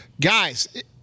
Guys